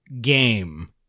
game